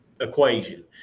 equation